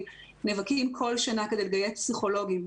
נאבקים כל שנה כדי לגייס פסיכולוגים,